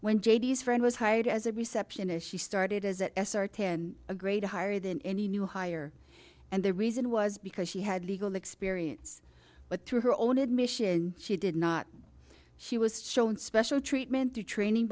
s friend was hired as a receptionist she started as an s or ten a grade higher than any new hire and the reason was because she had legal experience but through her own admission she did not she was shown special treatment or training